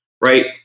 Right